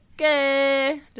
okay